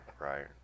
right